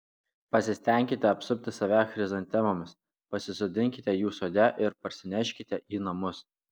pasistenkite apsupti save chrizantemomis pasisodinkite jų sode ir parsineškite į namus